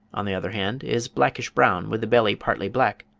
on the other hand, is blackish-brown, with the belly partly black,